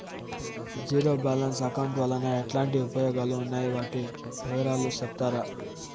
Zero balance account వలన ఎట్లాంటి ఉపయోగాలు ఉన్నాయి? వాటి వివరాలు సెప్తారా?